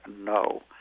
no